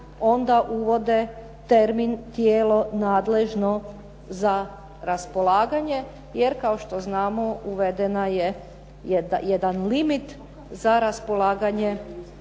onda uvode termin "tijelo nadležno za raspolaganje" jer kao što znamo uveden je jedan limit za raspolaganje,